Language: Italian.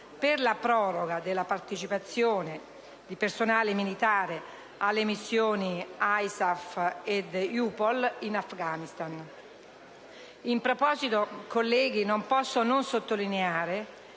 per la proroga della partecipazione di personale militare alle missioni ISAF e EUPOL in Afghanistan. In proposito, colleghi, non posso non sottolineare